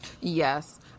Yes